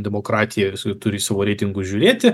demokratijoj turi savo reitingų žiūrėti